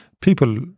People